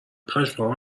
پشمام